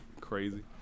crazy